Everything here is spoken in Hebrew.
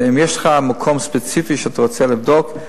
אם יש לך מקום ספציפי שאתה רוצה לבדוק,